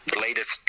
latest